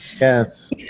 Yes